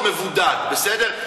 מאיזה outpost מבודד, בסדר?